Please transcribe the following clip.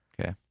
Okay